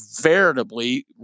veritably